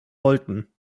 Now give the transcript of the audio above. wollten